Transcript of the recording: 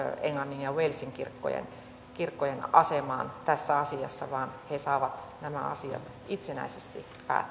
englannin ja walesin kirkkojen asemaan tässä asiassa vaan he saavat nämä asiat itsenäisesti